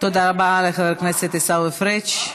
תודה לחבר הכנסת עיסאווי פריג'.